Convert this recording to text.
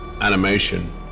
animation